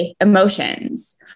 emotions